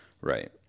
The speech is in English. Right